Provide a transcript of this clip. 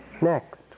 Next